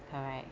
correct